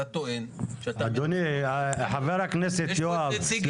אתה טוען --- חבר הכנסת יואב קיש.